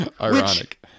Ironic